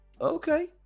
Okay